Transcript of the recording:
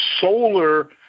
solar